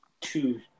two